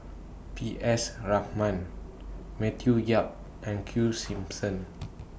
P S Raman Matthew Yap and Q Simmons